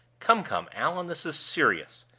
come, come, allan, this is serious.